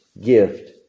gift